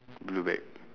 blue bag